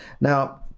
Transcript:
Now